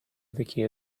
other